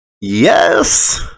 Yes